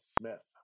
Smith